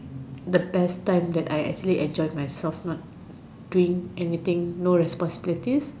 the best time that I actually enjoy myself not doing anything no responsibilities